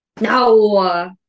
No